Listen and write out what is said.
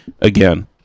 again